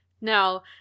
Now